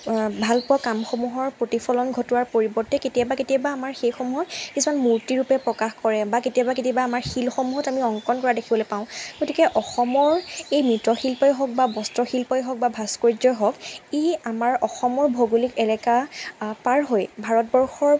ভাল পোৱা কামসমূহৰ প্ৰতিফলন ঘটোৱাৰ পৰিৱৰ্তে কেতিয়াবা কেতিয়াবা আমাৰ সেইসমূহৰ কিছুমান মূৰ্তিৰূপে প্ৰকাশ কৰে বা কেতিয়াবা কেতিয়াবা আমাৰ শিলসমূহত আমি অংকণ কৰা দেখিবলৈ পাওঁ গতিকে অসমৰ এই মৃৎশিল্পই হওক বা বস্ত্ৰশিল্পই হওক বা ভাস্কৰ্যই হওক ই আমাৰ অসমৰ ভৌগোলিক এলেকা পাৰ হৈ ভাৰতবৰ্ষ